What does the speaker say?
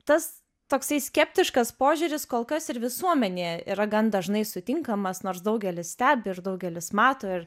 tas toksai skeptiškas požiūris kol kas ir visuomenėje yra gan dažnai sutinkamas nors daugelis stebi ir daugelis mato ir